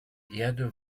erde